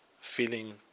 feeling